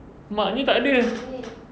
maknya tak ada